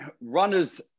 runners